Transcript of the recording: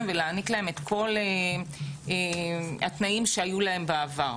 ולהעניק להם את כל התנאים שהיו להם בעבר,